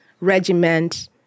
regiment